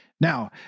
Now